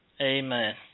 Amen